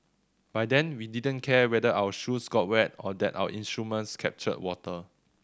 by then we didn't care whether our shoes got wet or that our instruments captured water